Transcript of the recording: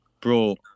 bro